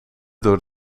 door